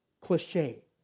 cliche